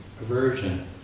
aversion